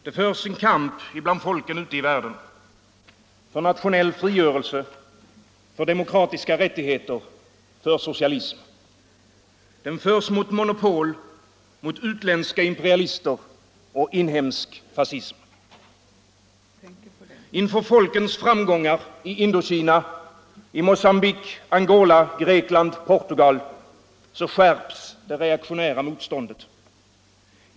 Fru talman! Det förs en kamp bland folken ute i världen för nationell frigörelse, för demokratiska rättigheter, för socialismen. Den förs mot monopol, mot utländska imperialister och inhemsk fascism. Inför folkens framgångar — i Indokina, Mocambique, Angola, Grekland, Portugal — skärps det reaktionära motståndet.